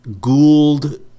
Gould